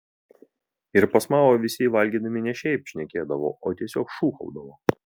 ir pas mao visi valgydami ne šiaip šnekėdavo o tiesiog šūkaudavo